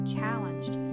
challenged